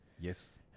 yes